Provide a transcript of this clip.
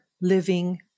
living